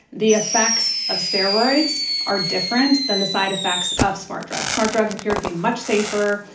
the effects of steroids are different than the side effects of smart drugs. smart drugs appear to be much safer,